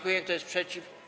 Kto jest przeciw?